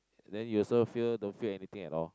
then you also feel don't feel anything at all